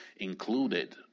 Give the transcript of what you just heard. included